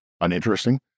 uninteresting